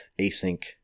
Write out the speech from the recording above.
Async